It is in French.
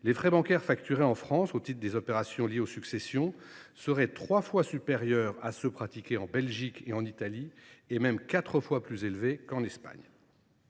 les frais bancaires facturés en France au titre des opérations liées aux successions seraient trois fois supérieurs à ceux qui sont pratiqués en Belgique et en Italie, et même quatre fois plus élevés qu’en Espagne.